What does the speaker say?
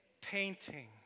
painting